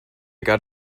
got